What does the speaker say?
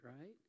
right